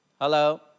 Hello